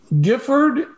Gifford